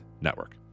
Network